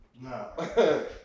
no